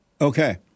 Okay